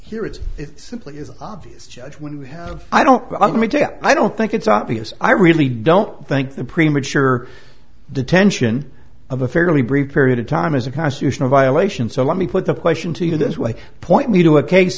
here it's simply is obvious judge when i don't i mean i don't think it's obvious i really don't think the premature detention of a fairly brief period of time is a constitutional violation so let me put the question to you this way point me to a case